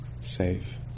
safe